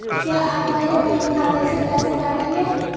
क्या आप मेरे बैंक खाते से पैसे काटेंगे?